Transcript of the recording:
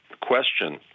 question